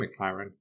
McLaren